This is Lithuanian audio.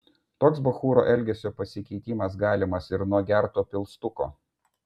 toks bachūro elgesio pasikeitimas galimas ir nuo gerto pilstuko